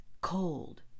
cold